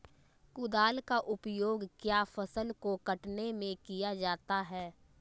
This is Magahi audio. कुदाल का उपयोग किया फसल को कटने में किया जाता हैं?